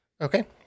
okay